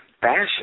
fashion